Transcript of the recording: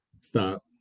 Stop